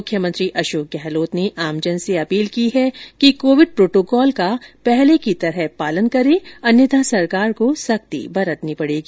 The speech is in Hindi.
मुख्यमंत्री अशोक गहलोत ने आमजन से अपील की है कि कोविड प्रोटोकोल का पहले के तरह पालन करें अन्यथा सरकार को सख्ती बरतनी पड़ेगी